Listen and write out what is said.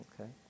okay